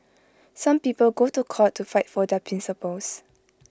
some people go to court to fight for their principles